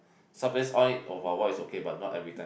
sometimes on it for a while is okay but not everytime